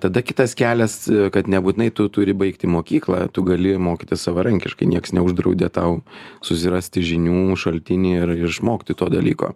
tada kitas kelias kad nebūtinai tu turi baigti mokyklą tu gali mokytis savarankiškai nieks neuždraudė tau susirasti žinių šaltinį ar išmokti to dalyko